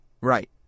Right